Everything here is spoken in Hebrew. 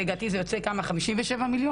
לדעתי זה יוצא כ-57 מיליון.